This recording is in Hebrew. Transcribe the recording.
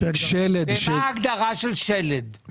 מי שרוכש מעטפת מקבלן,